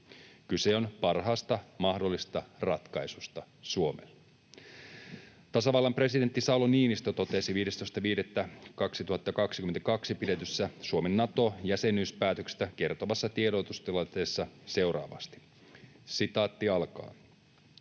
Kyse on parhaasta mahdollisesta ratkaisusta Suomelle. Tasavallan presidentti Sauli Niinistö totesi 15.5.2022 pidetyssä Suomen Nato-jäsenyyspäätöksestä kertovassa tiedotustilaisuudessa seuraavasti: ”Syntyy